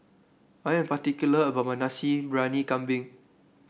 I am particular about my Nasi Briyani Kambing